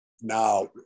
now